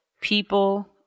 people